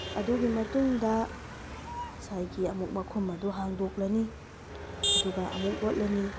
ꯑꯗꯨꯒꯤ ꯃꯇꯨꯡꯗ ꯉꯁꯥꯏꯒꯤ ꯑꯃꯨꯛ ꯃꯈꯨꯝ ꯑꯗꯣ ꯍꯥꯡꯗꯣꯛꯂꯅꯤ ꯑꯗꯨꯒ ꯑꯃꯨꯛ ꯑꯣꯠꯂꯅꯤ